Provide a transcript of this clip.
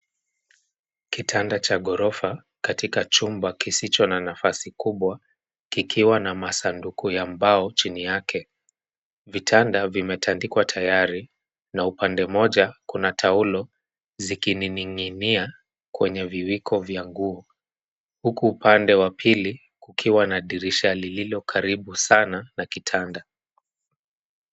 Kitanda cha ghorofa katika chumba kisicho na nafasi kubwa, kikiwa na masunduku ya mbao chini yake. Vitanda vimetandikwa tayari na upande mmoja kuna taulo zikining'inia kwenye viwiko vya nguo. Huku upande wa pili kukiwa na dirisha lililo karibu sana na kitanda.